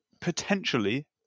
potentially